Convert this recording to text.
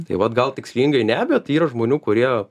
tai vat gal tikslingai ne bet yra žmonių kurie